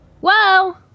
Whoa